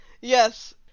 Yes